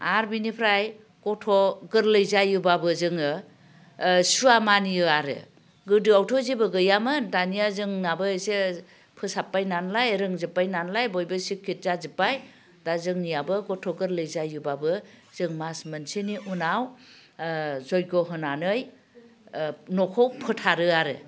आरो बेनिफ्राय गथ' गोरलै जायोबाबो जोङो सुवा मानियो आरो गोदोआवथ' जेबो गैयामोन दानिया जोंनाबो एसे फोसाब्बाय नालाय रोंजोब्बाय नालाय बयबो सिखित जाजोब्बाय दा जोंनियाबो गथ' गोरलै जायोबाबो जों मास मोनसेनि उनाव जयग' होनानै न'खौ फोथारो आरो